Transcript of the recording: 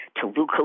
Toluca